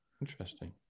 Interesting